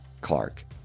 Clark